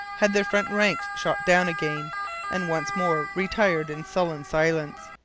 had their front ranks shot down again and once more retired in sullen silence.